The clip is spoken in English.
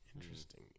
Interesting